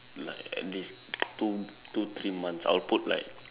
like at least two two three months I'll put like